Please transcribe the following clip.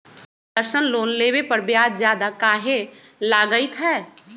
Personal loan लेबे पर ब्याज ज्यादा काहे लागईत है?